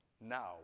now